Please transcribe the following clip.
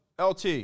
LT